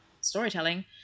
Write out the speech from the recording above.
storytelling